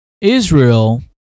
Israel